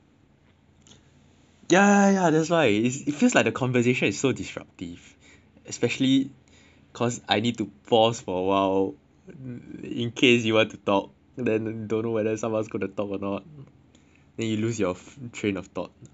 ya ya that's right it feels like the conversation is disruptive especially cause I need to pause for a while in case you had to talk then don't know whether someone else gonna talk or not then you lose your train of thoughts afterwards after a while